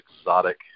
exotic